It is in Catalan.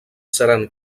seran